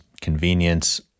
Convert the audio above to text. convenience